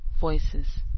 voices